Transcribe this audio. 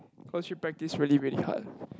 cause she practised really really hard